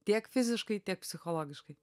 tiek fiziškai tiek psichologiškai